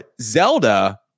Zelda